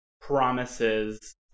promises